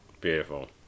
Beautiful